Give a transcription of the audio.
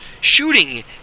shooting